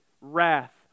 wrath